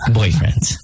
boyfriends